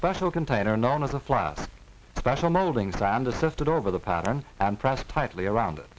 special container known as a flat special moldings band assisted over the pattern and pressed tightly around it